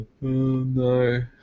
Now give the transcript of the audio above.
no